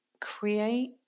create